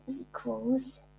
equals